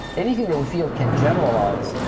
anything that we feel can generalize,